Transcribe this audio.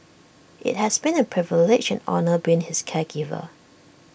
IT has been A privilege and honour being his caregiver